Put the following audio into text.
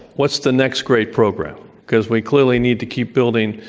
what's the next great program because we clearly need to keep building